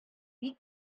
бик